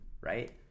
Right